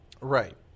Right